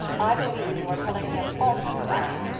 i believe you are telling me a falsehood, anne,